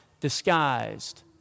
disguised